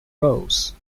rose